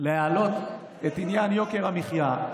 להעלות את עניין יוקר המחיה,